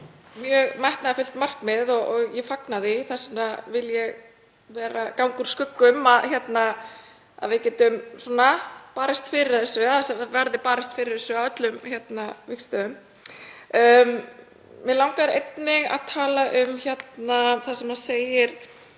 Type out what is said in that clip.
mjög metnaðarfullt markmið og ég fagna því. Þess vegna vil ég ganga úr skugga um að við getum barist fyrir þessu, að það verði barist fyrir þessu á öllum vígstöðvum. Mig langar einnig að tala um það sem segir